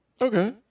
Okay